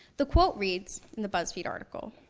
the quote reads, in the buzzfeed article,